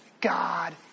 God